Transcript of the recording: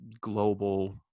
global